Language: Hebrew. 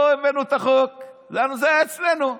לא הבאנו את החוק, זה היה אצלנו.